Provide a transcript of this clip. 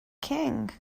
king